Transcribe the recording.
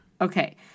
Okay